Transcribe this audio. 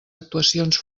actuacions